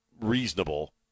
reasonable